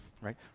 Right